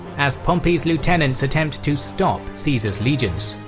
as pompey's lieutenants attempt to stop caesar's legions.